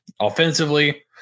Offensively